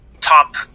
Top